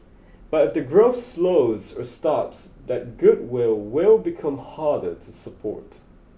but if the growth slows or stops that goodwill will become harder to support